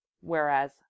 whereas